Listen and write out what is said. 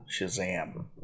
Shazam